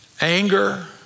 anger